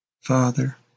Father